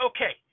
Okay